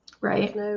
Right